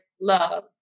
love